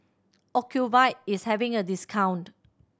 Ocuvite is having a discount